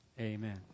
Amen